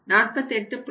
4 48